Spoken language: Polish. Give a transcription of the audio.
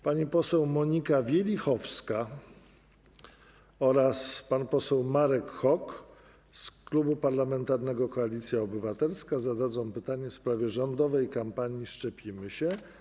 Pani poseł Monika Wielichowska oraz pan poseł Marek Hok z Klubu Parlamentarnego Koalicja Obywatelska zadadzą pytanie w sprawie rządowej kampanii #SzczepimySię.